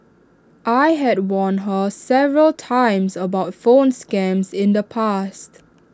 I had warned her several times about phone scams in the past